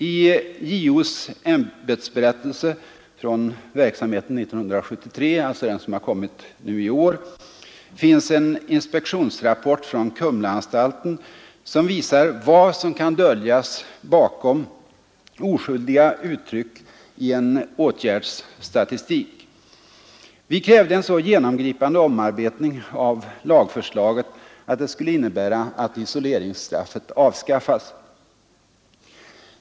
I JO:s ämbetsberättelse från verksamheten 1973 — alltså den berättelse som har kommit nu i år — finns en inspektionsrapport från Kumlaanstalten som visar vad som kan döljas bakom oskyldiga uttryck i en åtgärdsstatistik. Vi krävde en så genomgripande omarbetning av lagförslaget att det skulle innebära att isoleringsstraffet avskaffas.